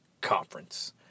Conference